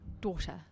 daughter